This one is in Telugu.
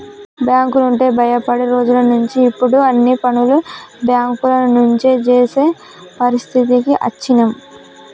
బ్యేంకులంటే భయపడే రోజులనుంచి ఇప్పుడు అన్ని పనులు బ్యేంకుల నుంచే జేసే పరిస్థితికి అచ్చినం